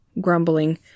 grumbling